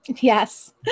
Yes